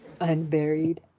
Unburied